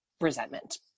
resentment